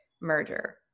merger